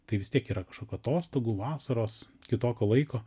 tai vis tiek yra kažkokių atostogų vasaros kitokio laiko